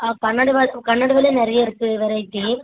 ஆ பன்ரெண்டு வ பன்ரெண்டு இதில் நிறைய இருக்குது வெரைட்டி